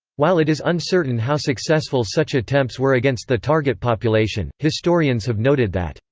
while it is uncertain how successful such attempts were against the target population, historians have noted that,